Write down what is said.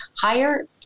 higher